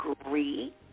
agree